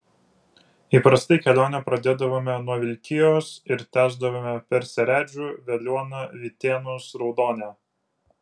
įprastai kelionę pradėdavome nuo vilkijos ir tęsdavome per seredžių veliuoną vytėnus raudonę